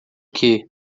que